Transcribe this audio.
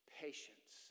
patience